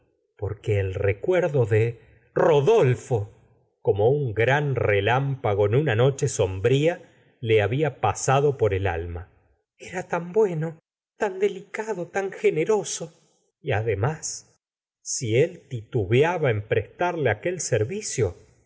porque el recuerdo de rodolfo como un gran re lámpago en una noche sombrfa le habfa pasado por el alma era tan bueno tan delicado tan generoso y además si él titubeaba en prestarle aquel servicio